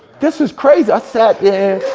this is crazy. i sat there